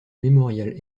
mémorial